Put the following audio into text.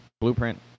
Blueprint